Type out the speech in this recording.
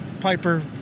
Piper